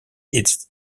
its